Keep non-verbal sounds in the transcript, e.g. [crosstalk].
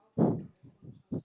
[breath]